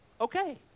okay